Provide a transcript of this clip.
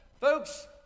folks